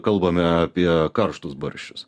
kalbame apie karštus barščius